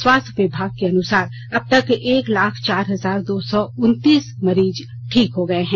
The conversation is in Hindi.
स्वास्थ्य विभाग के अनुसार अबतक एक लाख चार हजार दो सौ उनतीस मरीज ठीक हो गए हैं